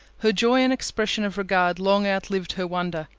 her joy and expression of regard long outlived her wonder.